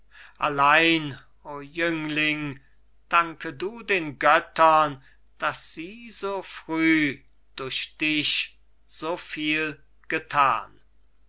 allein o jüngling danke du den göttern daß sie so früh durch dich so viel gethan